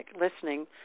listening